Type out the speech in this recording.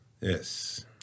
Yes